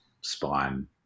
spine